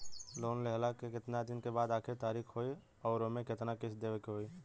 Loan लेहला के कितना दिन के बाद आखिर तारीख होई अउर एमे कितना किस्त देवे के होई?